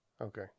Okay